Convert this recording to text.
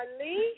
Ali